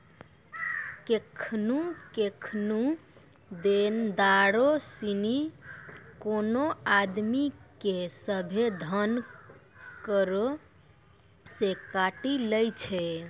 केखनु केखनु देनदारो सिनी कोनो आदमी के सभ्भे धन करो से काटी लै छै